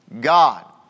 God